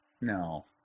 No